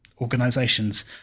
organizations